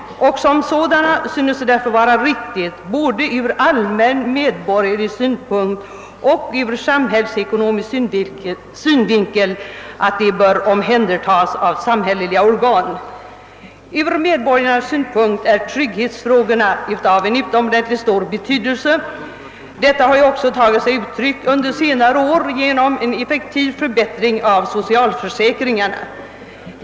Det synes därför vara riktigt både ur allmän medborgerlig synpunkt och ur samhällsekonomisk synvinkel att de bör omhändertas av samhälleliga organ. Ur medborgarnas synpunkt är trygghetsfrågorna av utomordentligt stor betydelse. Detta har ju också tagit sig uttryck under senare år i en effektiv förbättring av socialförsäkringarna.